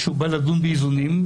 כשהוא בא לדון באיזונים,